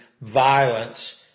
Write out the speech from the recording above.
violence